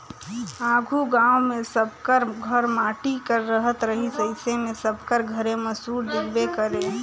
आघु गाँव मे सब कर घर माटी कर रहत रहिस अइसे मे सबकर घरे मूसर दिखबे करे